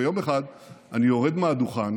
ויום אחד אני יורד מהדוכן